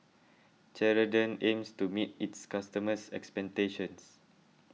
Ceradan aims to meet its customers' expectations